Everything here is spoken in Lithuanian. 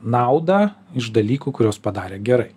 naudą iš dalykų kuriuos padarė gerai